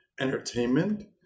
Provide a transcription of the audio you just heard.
entertainment